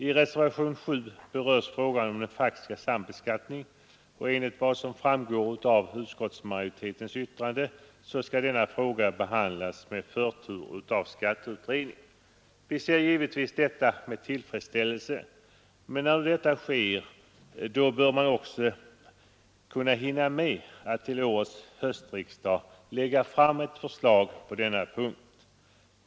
I reservationen 7 berörs frågan om den faktiska sambeskattningen, och enligt vad som framgår av utskottsmajoritetens yttrande skall denna fråga behandlas med förtur av skatteutredningen. Vi ser givetvis det med tillfredsställelse, men när nu detta sker bör man också kunna hinna med att till årets höstriksdag lägga fram ett förslag på denna punkt.